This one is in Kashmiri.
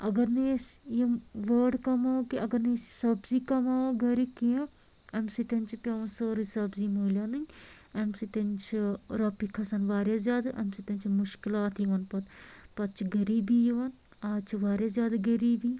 اَگر نہٕ أسۍ یِم وٲر کَماوو کیٚنٛہہ اَگر نہٕ أسۍ سَبزی کَماوو گھرِ کیٚنٛہہ اَمہِ سۭتۍ چھِ پیٚوان سٲرٕے سَبزی مٔلۍ اَنٕنۍ اَمہِ سۭتۍ چھِ رۄپیہِ کھسان واریاہ زیادٕ اَمہِ سۭتۍ چھِ مشکلات یِوان پَتہٕ پَتہٕ چھِ غریٖبی یِوان آز چھِ واریاہ زیادٕ غریٖبی